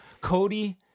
Cody